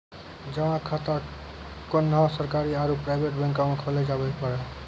जमा खाता कोन्हो सरकारी आरू प्राइवेट बैंक मे खोल्लो जावै पारै